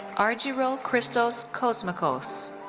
argyro christos kosmakos.